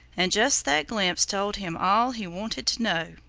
and just that glimpse told him all he wanted to know.